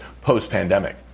post-pandemic